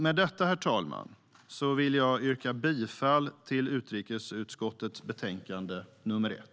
Med detta, herr talman, vill jag yrka bifall till utskottets förslag i utrikesutskottets betänkande nr 1.